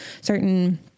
certain